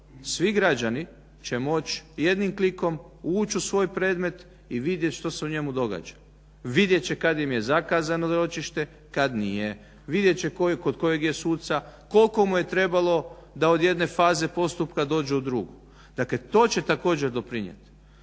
svi građani će moći jednim klikom ući u svoj predmet i vidjet što se u njemu događa, vidjet će kad im je zakazano ročište, kad nije, vidjet će tko je kod kojeg suca, koliko mu je trebalo da od jedne faze postupka dođe u drugu. Dakle to će također doprinijeti.